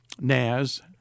Naz